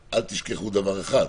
אל תשכחו דבר אחד,